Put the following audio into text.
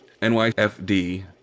NYFD